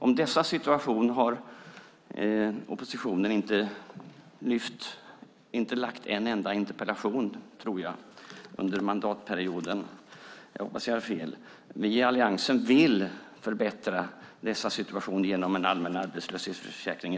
Om deras situation har oppositionen såvitt jag vet inte ställt en enda interpellation under mandatperioden, men jag hoppas att jag har fel. Vi i Alliansen vill förbättra deras situation genom en allmän arbetslöshetsförsäkring.